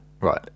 right